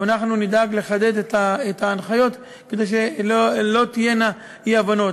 ואנחנו נדאג לחדד את ההנחיות כדי שלא תהיינה אי-הבנות: